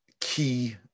key